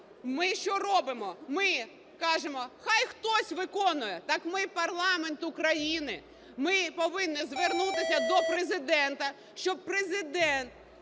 ми що робимо? Ми кажемо: "Хай хтось виконує". Так ми парламент України. Ми повинні звернутися до Президента, щоб Президент